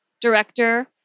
director